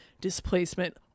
displacement